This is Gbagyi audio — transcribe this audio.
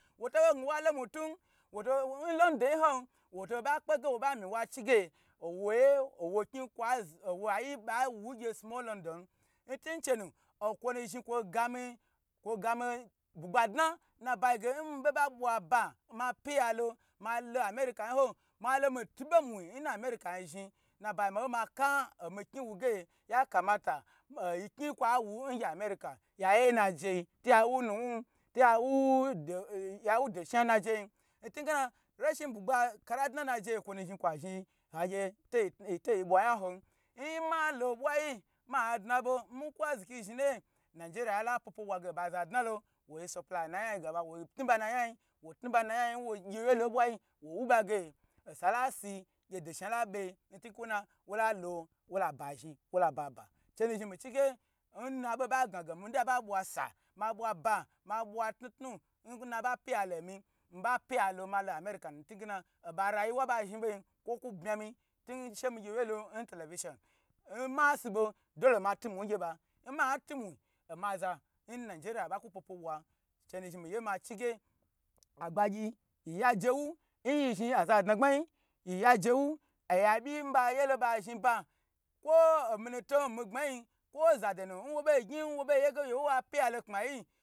Wo to bo gne ge wa lo mwi tun m london yi hon wo to bo ba kpe ge wo ye owa kni owayi ba wu ngge simo london ntu che nu nkwo nu zhin kwo gami bugba dna nnabayi nmiba bwa ba ma pyiya london america yiho malo miti bomui nna america zhi nnayi ba ka omi kni wuge ya kamata oyi kni kwa wu nge america yaye na jeyi to ya wu nuwu to ya wuvudo shna naje yin ntu ge na reshi bugba ka ladna najeyinkwo nu zhni kwa to yiy bwa yan hon ee malo bwa yi ma dna bo n miku aziki zhni nnaye najeria lo pwo pwo bwa ge oba za dna lo woi suply gaba na yan yi wo tnu ba nayan yiwo gye wye lo bwayi wo wu ba ge sa lasi gye do sha la be ntuge wo la lo wola ba zhi wo la ba ba che nu zhi mi chi ge nnabo ba ga ge mida ba bwa sa ma bwa ba ma bwa tnu tnu nna ba pyi ya lomi, mi ba pyiyalo ma lo america nun ntu ge na oba rayuwa ba zhi bo yin kwo ke gna mi tun she mi gye lo n televishon nma shibo dole ma timui ngye ba nmatimu oma za in nigeria ba ku pwo pwo bwa che nu zhi miye machige agbayi yi ya je wu nyi zhi aza dna gbayiyin yiya jewu abyi ba ye lo ba zhi ba kwo omi nu to gbmayin kwo za do nu nwo bo gyi nwobe yi gewa pyi ya lo kpya yi.